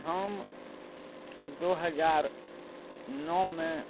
हम दुइ हजार नओमे